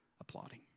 applauding